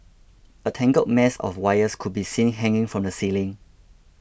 a tangled mess of wires could be seen hanging from the ceiling